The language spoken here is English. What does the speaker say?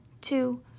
two